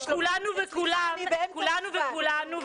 כולנו וכולנו וכולם,